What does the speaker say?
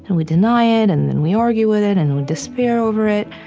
and we deny it, and then we argue with it, and we despair over it.